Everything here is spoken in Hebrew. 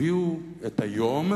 הביאו את היום,